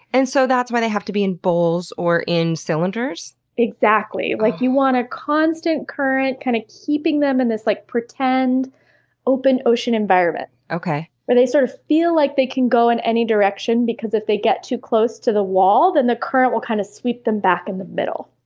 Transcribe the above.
and so that's why they have to be in bowls or in cylinders? exactly. like you want a constant current, kind of keeping them in this like pretend open ocean environment, where they, sort of, feel like they can go in any direction, because if they get too close to the wall then the current will kind of sweep them back in the middle.